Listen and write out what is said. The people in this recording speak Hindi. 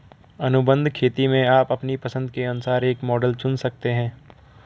अनुबंध खेती में आप अपनी पसंद के अनुसार एक मॉडल चुन सकते हैं